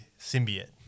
symbiote